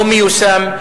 לא מיושם.